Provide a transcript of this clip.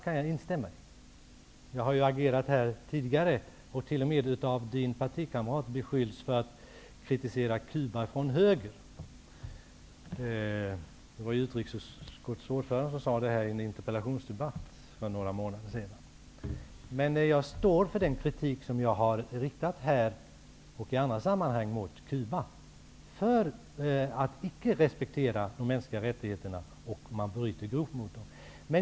Jag har här tidigare agerat, och jag har t.o.m. av Karl Göran Biörsmarks partikamrat blivit beskylld för att kritisera Cuba från höger. Det var utrikesutskottets ordförande som sade detta i en interpellationsdebatt för några månader sedan. Men jag står för den kritik som jag här och i andra sammanhang har riktat mot Cuba för att man icke respekterar de mänskliga rättigheterna och bryter grovt mot dem.